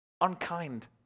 unkind